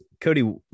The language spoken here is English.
Cody